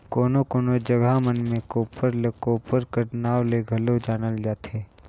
कोनो कोनो जगहा मन मे कोप्पर ल कोपर कर नाव ले घलो जानल जाथे